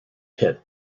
pit